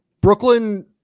Brooklyn